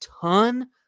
ton